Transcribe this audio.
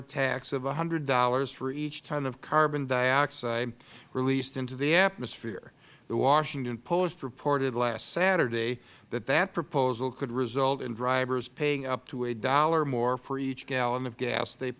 tax of one hundred dollars for each ton of carbon dioxide released into the atmosphere the washington post reported last saturday that that proposal could result in drivers paying up a one dollar more for each gallon of gas they